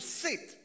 sit